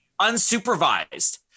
unsupervised